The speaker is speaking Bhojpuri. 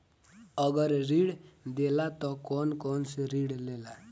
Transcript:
अगर ऋण देला त कौन कौन से ऋण देला?